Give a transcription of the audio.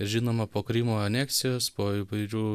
ir žinoma po krymo aneksijos po įvairių